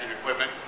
equipment